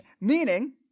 meaning